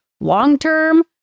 long-term